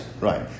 Right